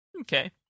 Okay